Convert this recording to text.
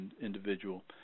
individual